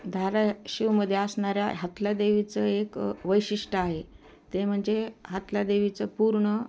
धाराशिवमध्ये असणाऱ्या हातला देवीचं एक वैशिष्ट आहे ते म्हणजे हातला देवीचं पूर्ण